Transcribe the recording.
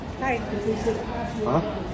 Hi